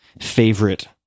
favorite